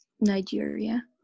Nigeria